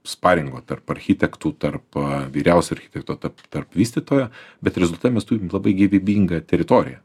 sparingo tarp architektų tarp vyriausio architekto tarp tarp vystytojo bet rezultate mes turim labai gyvybingą teritoriją